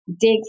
dig